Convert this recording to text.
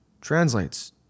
translates